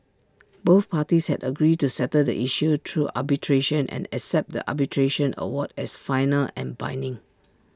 both parties had agreed to settle the issue through arbitration and accept the arbitration award as final and binding